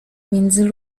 między